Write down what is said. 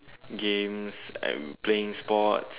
games and playing sports